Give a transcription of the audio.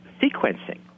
sequencing